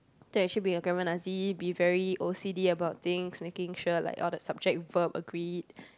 to actually be a grammar Nazi be very o_c_d about things making sure like all the subject verb agreed